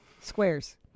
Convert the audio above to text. squares